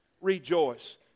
Rejoice